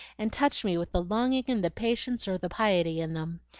and touch me with the longing and the patience or the piety in them.